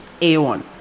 A1